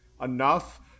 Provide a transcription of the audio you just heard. enough